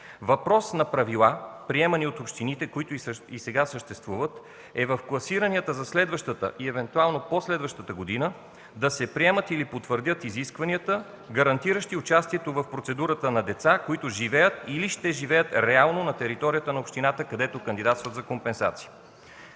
Въпрос на правила, приемани от общините, които и сега съществуват, е в класиранията за следващата и евентуално за по-следващата година да се приемат или да се потвърдят изискванията, гарантиращи участието в процедурата на деца, които живеят или ще живеят реално на територията на общината, където кандидатстват за компенсация.